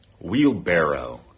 Wheelbarrow